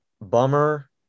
bummer